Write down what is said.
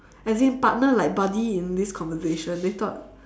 as in partner like buddy in this conversation they thought